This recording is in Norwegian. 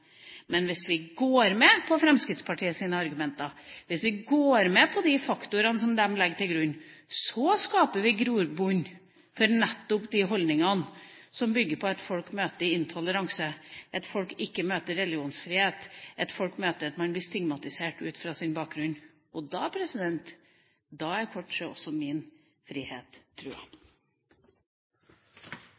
Men hvis vi går med på Fremskrittspartiets argumenter, hvis vi går med på de faktorene som de legger til grunn, skaper vi grobunn for nettopp de holdningene som bygger på at folk møter intoleranse, at folk ikke møter religionsfrihet, at folk føler at de blir stigmatisert ut fra sin bakgrunn. Og da er kanskje også min frihet